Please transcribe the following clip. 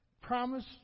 Promise